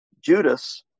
Judas